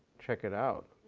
check it out.